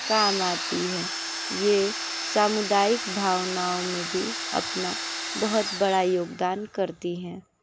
काम आती हैं ये सामुदायिक भावनाओं में भी अपना बहुत बड़ा योगदान करती हैं